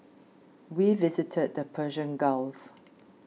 we visited the Persian Gulf